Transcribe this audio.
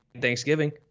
Thanksgiving